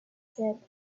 said